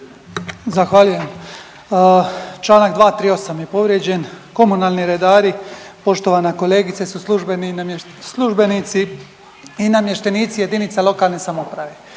Zahvaljujem. Čl. 238. je povrijeđen, komunalni redari poštovana kolegice su službenici i namještenici jedinica lokalne samouprave,